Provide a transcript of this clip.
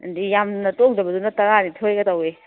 ꯑꯗꯒꯤ ꯌꯥꯝꯅ ꯇꯣꯡꯗꯕꯗꯨꯅ ꯇꯔꯥꯅꯤꯊꯣꯏꯒ ꯇꯧꯏ